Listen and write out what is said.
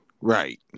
Right